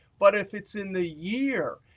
but if it's in the year,